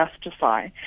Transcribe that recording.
justify